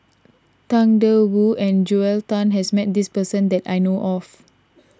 Tang Da Wu and Joel Tan has met this person that I know of